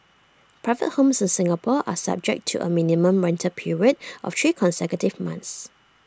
private homes in Singapore are subject to A minimum rental period of three consecutive months